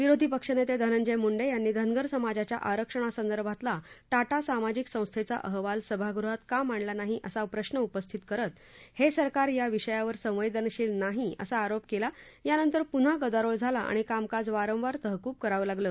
विरोधी पक्षनेते धनंजय मुंडे यांनी धनगर समाजाच्या आरक्षणासंदर्भातला टाटा सामाजिक संस्थेचा अहवाल सभागृहात का मांडला नाही असा प्रश्न उपस्थित करत हे सरकार या विषयावर संवेदनशील नाही असा आरोप केला यानंतर पुन्हा गदारोळ झाला आणि कामकाज वारंवार तहकूब करावं लागलं